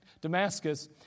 Damascus